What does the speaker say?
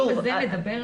אם לא מחר,